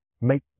make